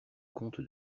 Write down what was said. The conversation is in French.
comte